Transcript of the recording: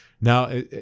Now